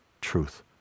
truth